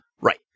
Right